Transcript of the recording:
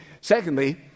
Secondly